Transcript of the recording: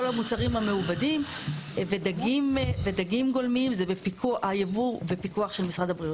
כל המוצרים המעובדים ודגים גולמיים הייבוא בפיקוח של משרד הבריאות.